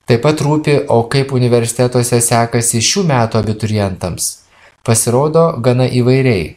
taip pat rūpi o kaip universitetuose sekasi šių metų abiturientams pasirodo gana įvairiai